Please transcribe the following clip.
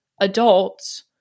adults